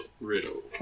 riddle